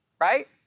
Right